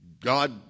God